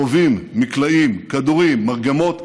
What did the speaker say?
רובים, מקלעים, כדורים, מרגמות,